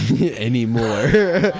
anymore